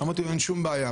אמרתי לו: אין שום בעיה.